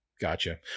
gotcha